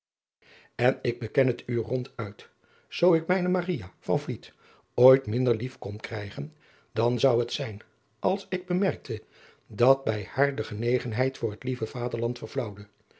en ik beken het u ronduit zoo ik mijne maria van vliet ooit minder lief kon krijgen dan zou het zijn als ik bemerkte dat bij haar de genegenheid voor het lieve